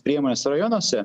priemonės rajonuose